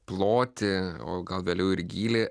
plotį o gal galiu ir gylį